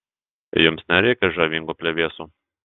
jums nereikia žavingų plevėsų